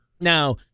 Now